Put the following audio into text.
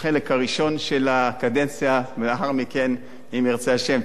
בחלק הראשון של הקדנציה, ולאחר מכן, אם ירצה השם,